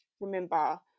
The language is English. remember